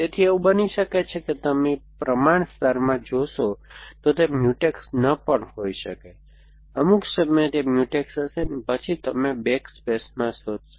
તેથી એવું બની શકે છે કે તમે પ્રમાણ સ્તરમાં જોશો તો તે મ્યુટેક્સ ન પણ હોઈ શકે અમુક સમયે તે મ્યુટેક્સ હશે અને પછી તમે બેક સ્પેસમાં શોધશો